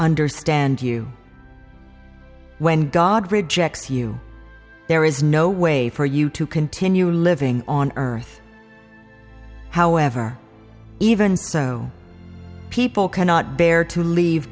understand you when god rejects you there is no way for you to continue living on earth however even so people cannot bear to leave